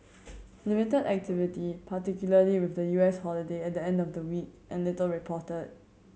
limited activity particularly with the U S holiday at the end of the week and little reported